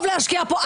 טוב להשקיע פה.